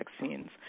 vaccines